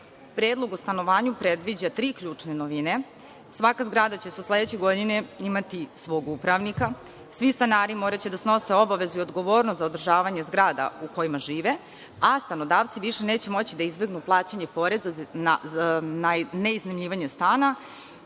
namene. Predlog o stanovanju predviđa tri ključne novine. Svaka zgrada će se u sledećoj godini imati svog upravnika, svi stanari moraće da snose obavezu i odgovornost za održavanje zgrada u kojima žive, a stanodavci više neće moći da izbegnu plaćanje poreza na ne iznajmljivanje stana,